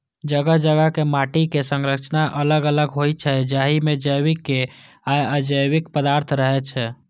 जगह जगह के माटिक संरचना अलग अलग होइ छै, जाहि मे जैविक आ अजैविक पदार्थ रहै छै